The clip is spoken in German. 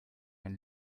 ein